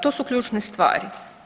To su ključne stvari.